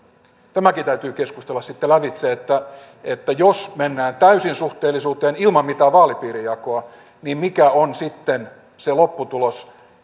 tämäkin täytyy keskustella sitten lävitse että että jos mennään täysin suhteellisuuteen ilman mitään vaalipiirijakoa niin mikä on sitten se lopputulos